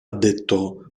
detto